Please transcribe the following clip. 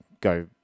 go